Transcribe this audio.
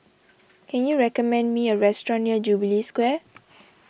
can you recommend me a restaurant near Jubilee Square